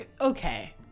okay